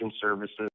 Services